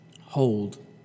hold